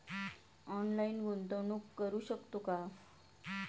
Online गुंतवणूक करू शकतो का?